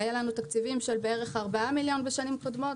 היו לנו תקציבים של בערך 4 מיליון בשנים קודמות,